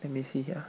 let me see here